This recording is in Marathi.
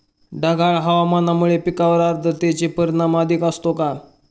ढगाळ हवामानामुळे पिकांवर आर्द्रतेचे परिणाम अधिक असतो का?